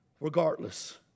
regardless